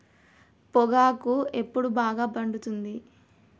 పొగాకు ఎప్పుడు బాగా పండుతుంది?